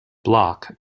block